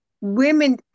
women